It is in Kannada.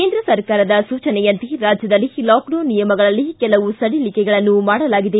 ಕೇಂದ್ರ ಸರ್ಕಾರದ ಸೂಚನೆಯಂತೆ ರಾಜ್ಯದಲ್ಲಿ ಲಾಕ್ಡೌನ್ ನಿಯಮಗಳಲ್ಲಿ ಕೆಲವು ಸಡಿಲಿಕೆಗಳನ್ನು ಮಾಡಲಾಗಿದೆ